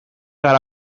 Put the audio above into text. gara